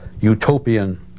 utopian